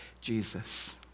Jesus